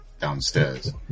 downstairs